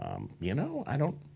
um you know, i don't